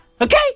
Okay